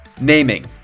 naming